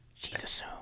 Jesus